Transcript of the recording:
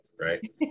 right